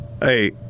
Hey